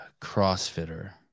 crossfitter